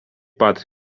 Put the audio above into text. pat